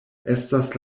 estas